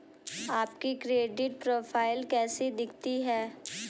आपकी credit profile कैसी दिखती है?